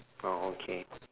oh okay